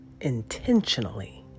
intentionally